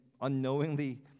unknowingly